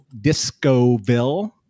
Discoville